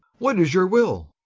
what is your will?